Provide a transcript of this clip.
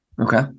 Okay